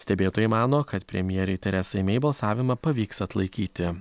stebėtojai mano kad premjerei teresai mei balsavimą pavyks atlaikyti